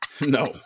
No